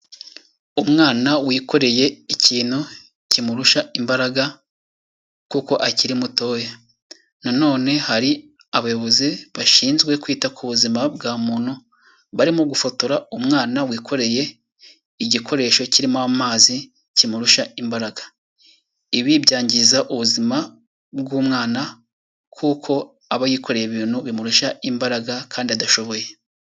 Umwana wikoreye ikintu kimurusha imbaraga kuko akiri mutoya. Nanone hari abayobozi bashinzwe kwita ku buzima bwa muntu, barimo gufotora umwana wikoreye igikoresho kirimo amazi kimurusha imbaraga. Ibi byangiza ubuzima bw'umwana kuko aba yikoreye ibintu bimurusha imbaraga kandi adashoboye.